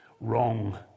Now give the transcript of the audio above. Wrong